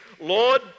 Lord